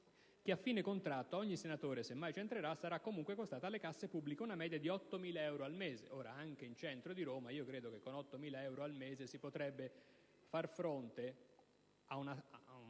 che, a fine contratto, ogni senatore, se mai ci entrerà, sarà comunque costato alle casse pubbliche una media di 8.000 euro al mese». Anche nel centro di Roma, credo che con 8.000 euro al mese si potrebbe far fronte ad un